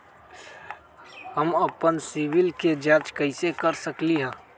हम अपन सिबिल के जाँच कइसे कर सकली ह?